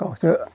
गावसो